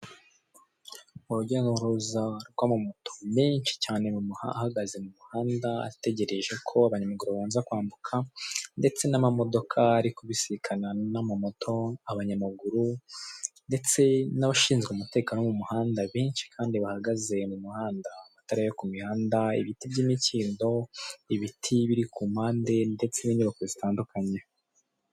Mu rujya n'uruza rw'amamoto ni nyinshi cyane rumuha ahagaze mu muhanda ategereje ko abanyayamaguru babanza kwambuka ndetse n'amamodoka ari kubisikana n'amamoto abanyamaguru ndetse n'abashinzwe umutekano mu muhanda benshi kandi bahagaze mu muhanda amatara yo ku mihanda ibiti by'imikindo ibiti biri ku mpande ndetse n'inyubako zitandukanye.